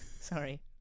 Sorry